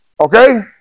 Okay